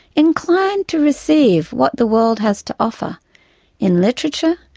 inclined to receive what the world has to offer in literature,